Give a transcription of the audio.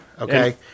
Okay